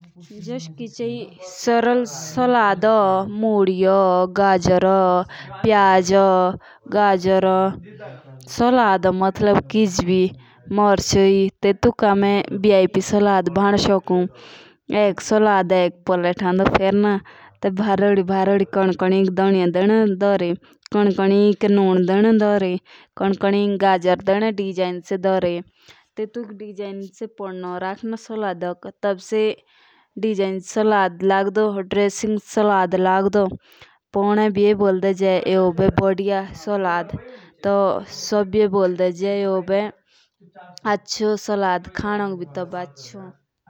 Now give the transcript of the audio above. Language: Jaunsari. जस किचेई सरल शलाद होन मोदी हो गजर हो तो टेटुक वीआईपी सोलाद हमें भान सकुन। जूस सलाद एक पलटांडो गर्नो टेटके बैड कोन कोनिक धोनी देना धारी कोन कोनिक गजर चेई राखो टीबी से वीआईपी सालब भजुन।